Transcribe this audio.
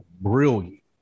brilliant